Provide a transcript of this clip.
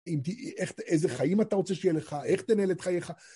איזה חיים אתה רוצה שיהיה לך, איך תנהל את חייך.